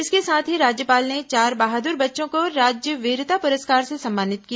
इसके साथ ही राज्यपाल ने चार बहादुर बच्चों को राज्य वीरता पुरस्कार से सम्मानित किया